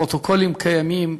הפרוטוקולים קיימים,